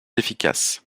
efficace